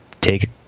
take